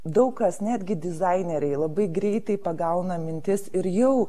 daug kas netgi dizaineriai labai greitai pagauna mintis ir jau